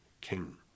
king